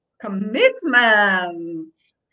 commitments